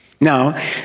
Now